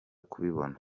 kubibona